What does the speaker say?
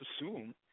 assume